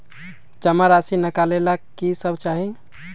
जमा राशि नकालेला कि सब चाहि?